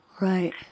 Right